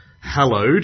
hallowed